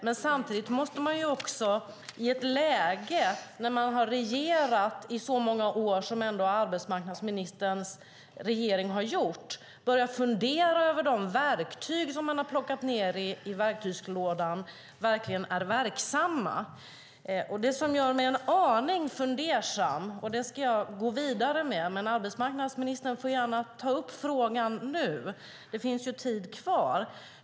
Men samtidigt måste man också i ett läge när man har regerat i så många år som denna regering har gjort börja fundera över om de verktyg som man har plockat ned i verktygslådan verkligen är verksamma. Det som gör mig en aning fundersam ska jag gå vidare med. Men arbetsmarknadsministern får gärna ta upp frågan nu. Det finns tid kvar.